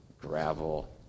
gravel